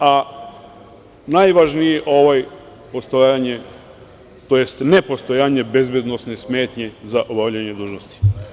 a najvažniji je postojanje, tj. nepostojanje bezbednosne smetnje za obavljanje dužnosti.